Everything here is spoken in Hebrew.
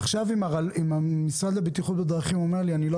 עכשיו אם המשרד לבטיחות בדרכים אומר לי: אני לא